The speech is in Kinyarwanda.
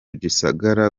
gisagara